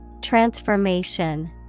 Transformation